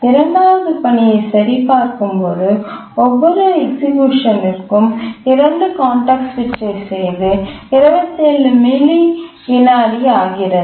இரண்டாவது பணியை சரிபார்க்கும்போது ஒவ்வொரு எக்சிக்யூஷன் ற்கும் 2 கான்டெக்ஸ்ட் சுவிட்சை செய்து 27 மில்லி விநாடி ஆகிறது